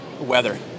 weather